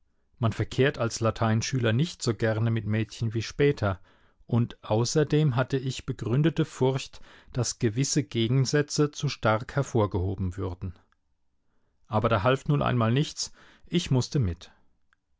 man verkehrt als lateinschüler nicht so gerne mit mädchen wie später und außerdem hatte ich begründete furcht daß gewisse gegensätze zu stark hervorgehoben würden aber da half nun einmal nichts ich mußte mit